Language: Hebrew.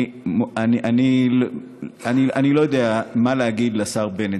אני לא יודע מה להגיד לשר בנט.